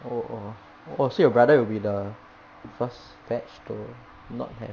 oh orh oh so your brother will be the first batch to not have